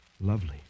lovely